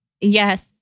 yes